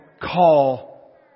call